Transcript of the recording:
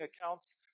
accounts